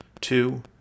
Two